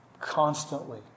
constantly